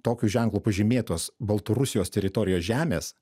tokiu ženklu pažymėtos baltarusijos teritorijos žemės